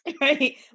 right